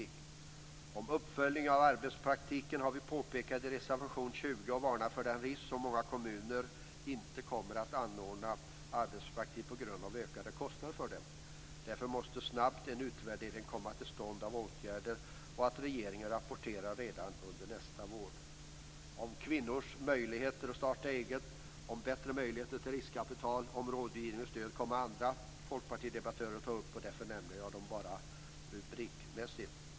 I reservation 20 om uppföljning av arbetspraktiken har vi varnat för risken att många kommuner inte kommer att anordna arbetspraktik på grund av ökade kostnader för den. Därför måste en utvärdering av åtgärderna snabbt komma till stånd och regeringen rapportera redan under nästa år. Kvinnors möjligheter att starta eget och bättre möjligheter till riskkapital och rådgivning och stöd kommer andra folkpartidebattörer att ta upp. Därför nämner jag dem bara rubrikmässigt.